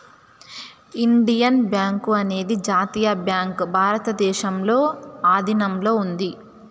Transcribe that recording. Indian bank అనేది జాతీయ bank భారతదేశంలో ఆధీనంలో ఉంది